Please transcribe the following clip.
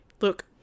Look